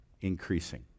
increasing